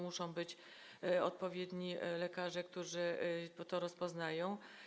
Muszą być odpowiedni lekarze, którzy to rozpoznają.